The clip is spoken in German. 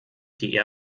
die